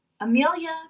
Amelia